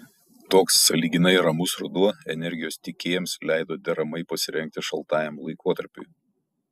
toks sąlyginai ramus ruduo energijos tiekėjams leido deramai pasirengti šaltajam laikotarpiui